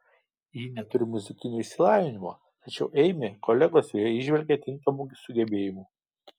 ji neturi muzikinio išsilavinimo tačiau eimi kolegos joje įžvelgia tinkamų sugebėjimų